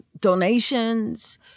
donations